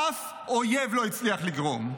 אף אויב לא הצליח לגרום.